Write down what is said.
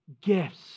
gifts